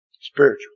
Spiritual